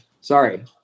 Sorry